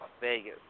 Vegas